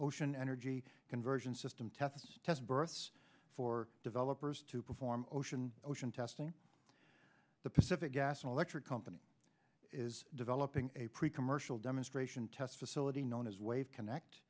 ocean energy conversion system toughest test berths for developers to perform ocean ocean testing the pacific gas and electric company is developing a pre commercial demonstration test facility known as wave connect